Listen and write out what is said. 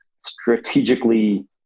strategically